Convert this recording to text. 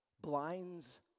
blinds